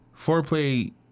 foreplay